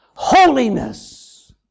Holiness